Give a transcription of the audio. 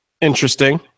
interesting